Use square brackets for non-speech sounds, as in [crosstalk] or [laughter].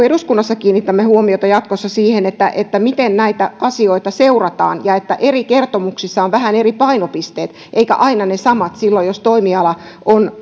[unintelligible] eduskunnassa kiinnitämme huomiota jatkossa siihen miten näitä asioita seurataan ja että eri kertomuksissa on vähän eri painopisteet eikä aina ne samat silloin jos toimiala on [unintelligible]